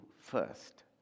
first